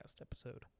episode